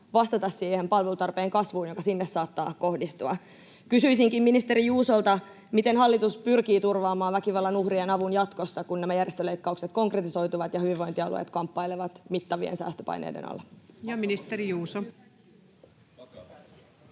vastata siihen palvelutarpeen kasvuun, joka sinne saattaa kohdistua. Kysyisinkin ministeri Juusolta: miten hallitus pyrkii turvaamaan väkivallan uhrien avun jatkossa, kun nämä järjestöleikkaukset konkretisoituvat ja hyvinvointialueet kamppailevat mittavien säästöpaineiden alla? [Kimmo Kiljunen: